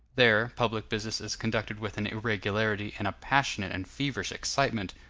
there, public business is conducted with an irregularity and a passionate and feverish excitement,